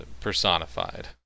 personified